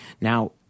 Now